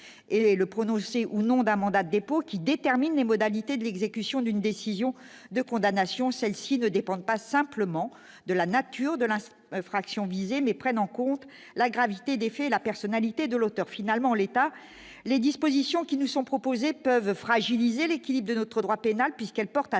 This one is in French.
et le prononcer ou non d'un mandat dépôt qui détermine les modalités d'exécution d'une décision de condamnation, celle-ci de dépendent pas simplement de la nature de l'instant infractions visées mais prennent en compte la gravité des faits et la personnalité de l'auteur, finalement, l'État les dispositions qui nous sont proposées peuvent fragiliser l'équilibre de notre droit pénal, puisqu'elle porte atteinte